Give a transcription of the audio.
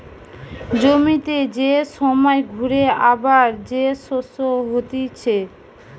জমিতে যে সময় ঘুরে আবার যে শস্য হতিছে